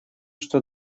что